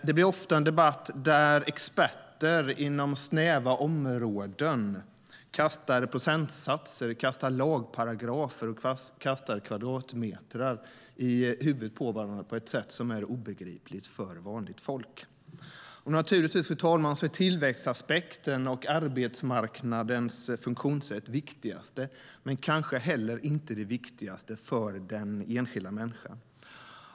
Det blir ofta en debatt där experter inom snäva områden kastar procentsatser, lagparagrafer och kvadratmeter i huvudet på varandra, på ett sätt som är obegripligt för vanligt folk. Fru talman! Naturligtvis är tillväxtaspekten och arbetsmarknadens funktionssätt viktiga, men de är kanske inte viktigast för den enskilda människan.